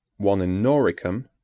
one in noricum,